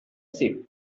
sheep